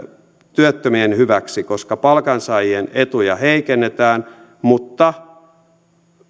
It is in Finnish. työttömien hyväksi koska palkansaajien etuja heikennetään mutta